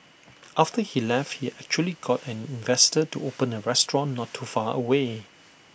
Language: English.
after he left he actually got an investor to open A restaurant not too far away